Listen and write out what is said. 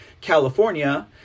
California